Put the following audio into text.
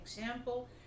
example